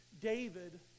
David